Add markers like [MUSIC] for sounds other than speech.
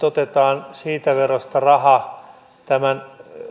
[UNINTELLIGIBLE] otetaan henkivakuutuksesta verolla raha tämän